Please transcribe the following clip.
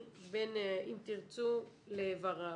הטכני בין אם תרצו לור"מ.